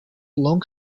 long